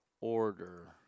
order